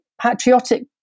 patriotic